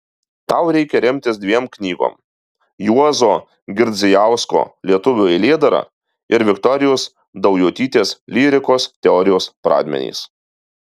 tau reikia remtis dviem knygom juozo girdzijausko lietuvių eilėdara ir viktorijos daujotytės lyrikos teorijos pradmenys